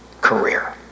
career